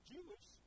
Jewish